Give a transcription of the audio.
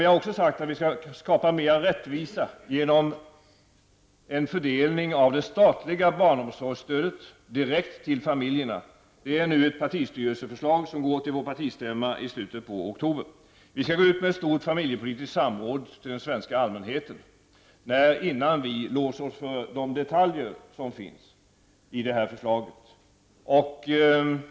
Vi har också sagt att vi skall skapa större rättvisa genom en fördelning av det statliga barnomsorgsstödet direkt till familjerna. Detta är nu ett partistyrelseförslag som går till vår partistämma i slutet av oktober. Vi skall gå ut med ett stort familjepolitiskt samråd till den svenska allmänheten, innan vi låser oss för de detaljer som finns i förslaget.